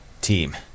team